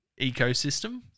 ecosystem